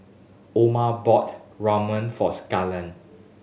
Orma bought Ramyeon for Skylar